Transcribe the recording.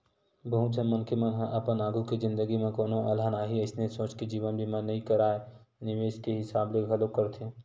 बहुत झन मनखे मन ह अपन आघु के जिनगी म कोनो अलहन आही अइसने सोच के जीवन बीमा नइ कारय निवेस के हिसाब ले घलोक करथे